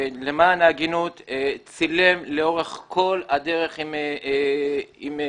למען ההגינות, צילם לאורך כל הדרך עם הסרטה.